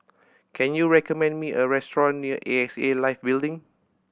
can you recommend me a restaurant near A X A Life Building